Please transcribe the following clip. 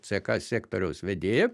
ck sektoriaus vedėją